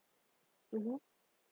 mmhmm